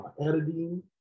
editing